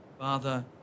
Father